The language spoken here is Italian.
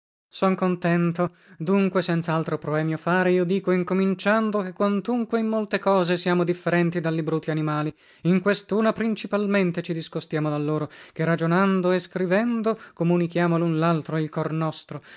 son contento dunque senza altro proemio fare io dico incominciando che quantunque in molte cose siamo differenti dalli bruti animali in questuna principalmente ci discostiamo da loro che ragionando e scrivendo comunichiamo lun laltro il cor nostro